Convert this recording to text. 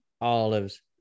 olives